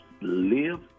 live